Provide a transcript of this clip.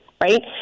right